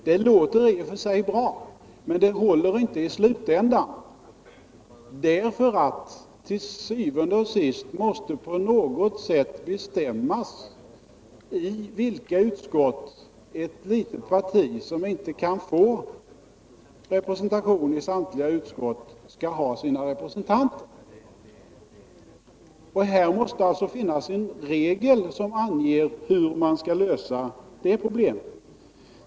Detta låter i och för sig bra, men det håller inte i slutänden, eftersom det til syvende og sidst på något sätt måste bestämmas i vilka utskott ett litet parti, som inte kan få representation i samtliga utskott, skall ha sina representanter. Här måste alltså finnas en regel som anger hur det problemet skall lösas.